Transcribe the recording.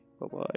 Bye-bye